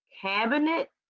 cabinet